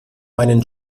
meinen